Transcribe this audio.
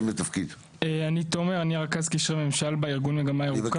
כן, אני תומר, רכז קשרי ממשל בארגון "מגמה ירוקה".